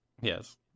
Yes